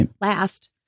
Last